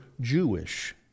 Jewish